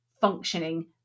functioning